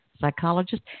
psychologist